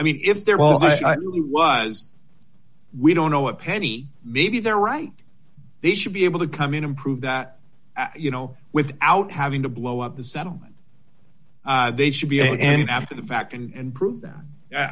i mean if they're well as we don't know a penny maybe they're right they should be able to come in and prove that you know without having to blow up the settlement they should be and after the fact and prove that i